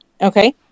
Okay